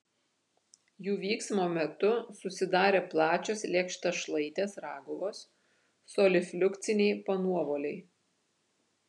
jų vyksmo metu susidarė plačios lėkštašlaitės raguvos solifliukciniai panuovoliai